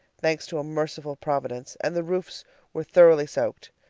thanks to a merciful providence, and the roofs were thoroughly soaked.